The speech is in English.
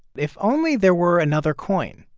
if only there were another coin.